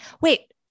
Wait